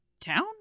town